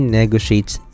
negotiates